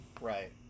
Right